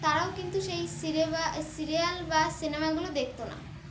তারাও কিন্তু সেই সিনেমা সিরিয়াল বা সিনেমাগুলো দেখতো না